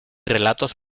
relatos